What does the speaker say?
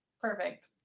Perfect